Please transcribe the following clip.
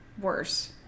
worse